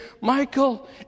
Michael